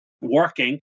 working